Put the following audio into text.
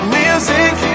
music